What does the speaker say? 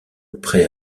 prêt